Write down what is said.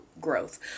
growth